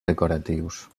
decoratius